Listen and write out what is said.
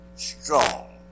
Strong